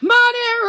Money